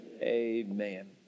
Amen